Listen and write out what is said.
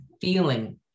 feeling